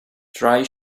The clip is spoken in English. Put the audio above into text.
dry